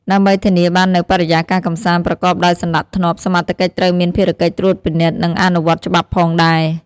ដើម្បីធានាបាននូវបរិយាកាសកម្សាន្តប្រកបដោយសណ្តាប់ធ្នាប់ សមត្ថកិច្ចត្រូវមានភារកិច្ចត្រួតពិនិត្យ និងអនុវត្តច្បាប់ផងដែរ។